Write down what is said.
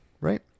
right